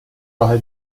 راه